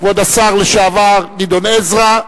כבוד השר לשעבר גדעון עזרא,